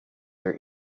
their